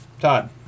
Todd